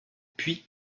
puis